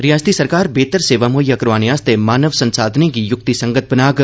रियासती सरकार बेहतर सेवां मुहैय्या करोआने आस्तै मानव संसाधनें गी युक्तिसंगत बनाग